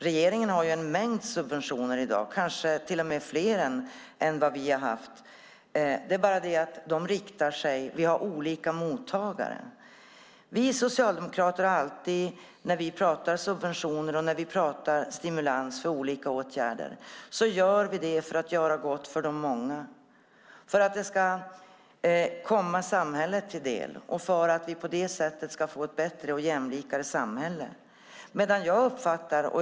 Regeringen har en mängd subventioner i dag, kanske till och med fler än vad vi har haft. Det är bara det att vi har olika mottagare. När vi socialdemokrater pratar om subventioner och stimulans för olika åtgärder gör vi alltid det för att göra gott för de många, för att det ska komma samhället till del och för att vi på det sättet ska få ett bättre och mer jämlikt samhälle.